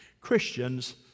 Christians